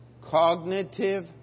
Cognitive